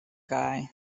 guy